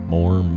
More